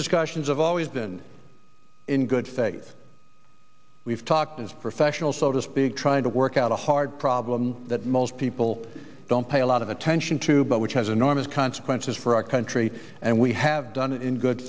discussions have always been in good faith we've talked as professionals so to speak trying to work out a hard problem that most people don't pay a lot of attention to but which has enormous consequences for our country and we have done it in good